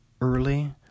early